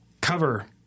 cover